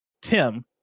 Tim